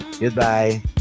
goodbye